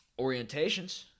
orientations